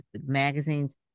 Magazines